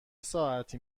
ساعتی